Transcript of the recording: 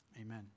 Amen